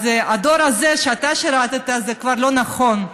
הדור הזה שאתה שירת, זה כבר לא נכון.